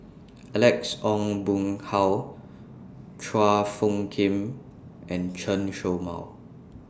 Alex Ong Boon Hau Chua Phung Kim and Chen Show Mao